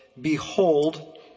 Behold